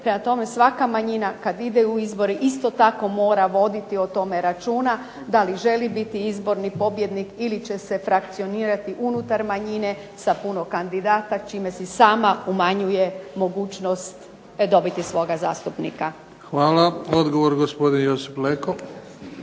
prema tome, svaka manjina kada ide u izbore isto tako mora voditi o tome računa da li želi biti pobjednik ili će se frakcionirati unutar manjine sa puno kandidata čime si sama umanjuje mogućnost dobiti svoga zastupnika. **Bebić, Luka (HDZ)** Hvala. Odgovor, gospodin Josip Leko.